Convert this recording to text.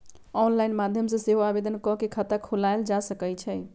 online माध्यम से सेहो आवेदन कऽ के खता खोलायल जा सकइ छइ